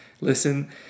listen